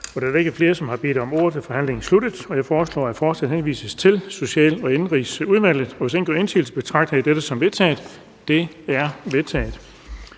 der ikke er flere, som har bedt om ordet, er forhandlingen sluttet. Jeg foreslår, at forslaget henvises til Social- og Indenrigsudvalget, og hvis ingen gør indsigelse, betragter jeg dette som vedtaget. Det er vedtaget.